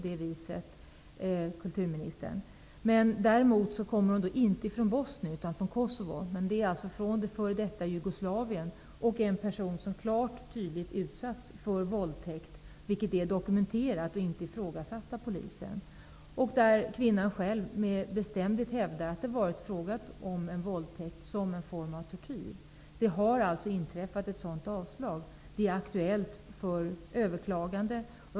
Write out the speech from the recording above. Detta har hänt, kulturministern. Hon kommer emellertid inte från Bosnien utan från Kosovo, dvs. från f.d. Jugoslavien. Det handlar om en person som klart och tydligt har utsatts för våldtäkt, vilket är dokumenterat. Detta har inte ifågasatts av polisen. Kvinnan själv hävdar med bestämdhet att det var fråga om en våldtäkt som en form av tortyr. Hennes asylansökan har alltså avslagits. Ett överklagande är nu aktuellt.